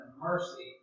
mercy